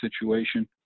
situation